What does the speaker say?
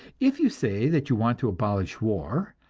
if you say that you want to abolish war,